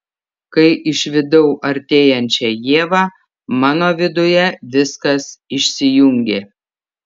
kai išvydau artėjančią ievą mano viduje viskas išsijungė